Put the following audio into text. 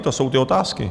To jsou ty otázky.